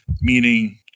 meaning